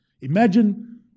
Imagine